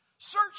Search